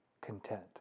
content